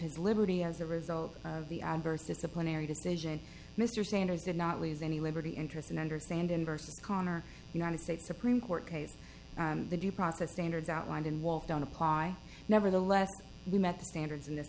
his liberty as a result of the adverse disciplinary decision mr sanders did not lose any liberty interest and understanding versus conner united states supreme court case the due process standards outlined in walk down apply nevertheless we met the standards in this